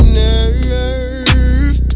nerve